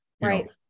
Right